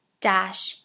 dash